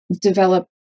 develop